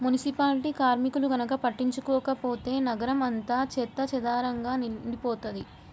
municipality కార్మికులు గనక పట్టించుకోకపోతే నగరం అంతా చెత్తాచెదారంతో నిండిపోతది